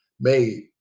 made